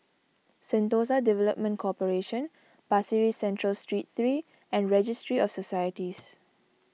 Sentosa Development Corporation Pasir Ris Central Street three and Registry of Societies